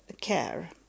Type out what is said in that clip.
care